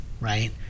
right